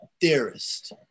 theorist